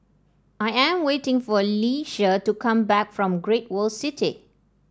I am waiting for Leisha to come back from Great World City